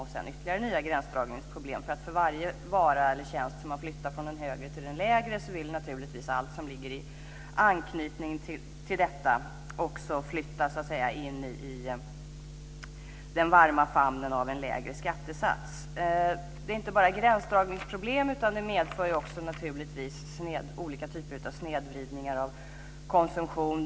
Allt som är i anknytning till varje vara eller tjänst som flyttas från den högre skattesatsen till den lägre vill naturligtvis också flytta in i den varma famnen av en lägre skattesats. Det är inte bara gränsdragningsproblem. Det här medför naturligtvis också olika typer av snedvridningar när det gäller konsumtion.